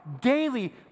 Daily